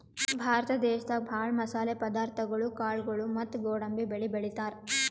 ಭಾರತ ದೇಶದಾಗ ಭಾಳ್ ಮಸಾಲೆ ಪದಾರ್ಥಗೊಳು ಕಾಳ್ಗೋಳು ಮತ್ತ್ ಗೋಡಂಬಿ ಬೆಳಿ ಬೆಳಿತಾರ್